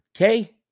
Okay